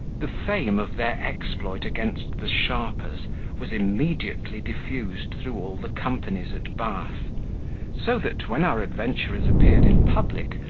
the fame of their exploit against the sharpers was immediately diffused through all the companies at bath so that, when our adventurers appeared in public,